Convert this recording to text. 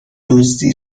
دزدی